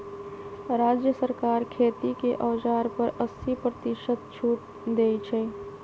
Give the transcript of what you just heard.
राज्य सरकार खेती के औजार पर अस्सी परतिशत छुट देई छई